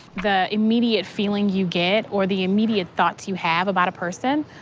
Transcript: the immediate feeling you get, or the immediate thoughts you have about a person.